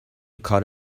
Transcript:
کار